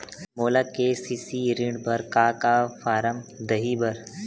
मोला के.सी.सी ऋण बर का का फारम दही बर?